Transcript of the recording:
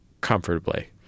comfortably